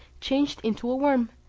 changed into a worm,